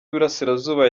burasirazuba